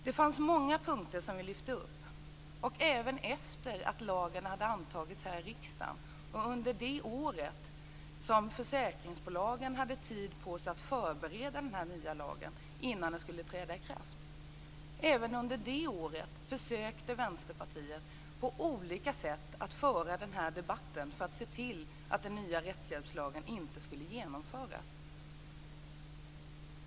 Det fanns många punkter som vi lyfte upp. Även efter det att lagen hade antagits här i riksdagen, och under det år som försäkringsbolagen hade på sig att förbereda den nya lagen innnan den skulle träda i kraft, försökte Vänsterpartiet att på olika sätt föra en debatt för att se till att den nya rättshjälpslagen inte skulle genomföras.